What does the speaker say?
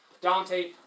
Dante